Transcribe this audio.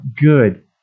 Good